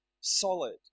solid